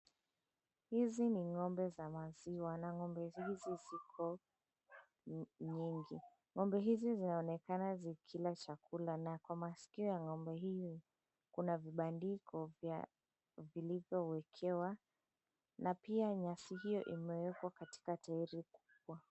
Hizi ni ng'ombe za maziwa na ng'ombe hizi ziko nyingi. Ng'ombe hizi zinaonekana zikila chakula na kwa maskio ya ng'ombe hizi kuna vibandiko vya vilivyowekewa na pia nyasi hiyo imewekwa katika tairi kubwa.